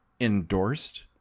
endorsed